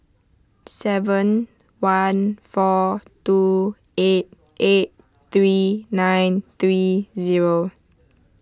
seven one four two eight eight three nine three zero